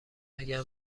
اگر